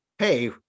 hey